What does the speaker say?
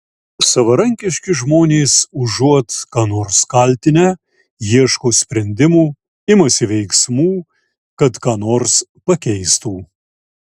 savarankiški žmonės užuot ką nors kaltinę ieško sprendimų imasi veiksmų kad ką nors pakeistų